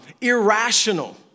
irrational